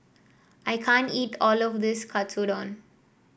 I can't eat all of this Katsudon